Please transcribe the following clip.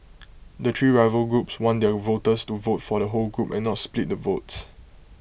the three rival groups want their voters to vote for the whole group and not split the votes